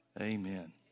Amen